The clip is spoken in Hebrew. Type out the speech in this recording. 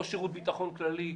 ראש שירות ביטחון כללי,